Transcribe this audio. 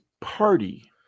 party